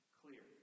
clear